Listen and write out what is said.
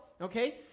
okay